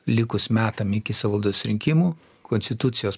likus metam iki savivaldos rinkimų konstitucijos